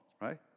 right